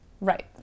Right